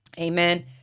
Amen